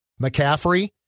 McCaffrey